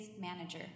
manager